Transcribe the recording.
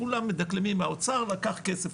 כולם מדקלמים "האוצר לקח כסף",